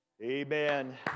amen